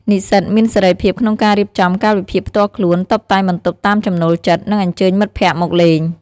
និស្សិតមានសេរីភាពក្នុងការរៀបចំកាលវិភាគផ្ទាល់ខ្លួន តុបតែងបន្ទប់តាមចំណូលចិត្ត និងអញ្ជើញមិត្តភក្តិមកលេង។